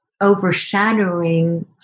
overshadowing